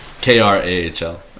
K-R-A-H-L